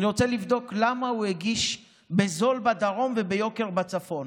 אני רוצה לבדוק למה הוא הגיש בזול בדרום וביוקר בצפון.